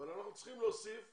אבל אנחנו צריכים להוסיף